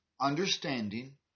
understanding